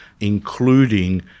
including